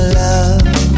love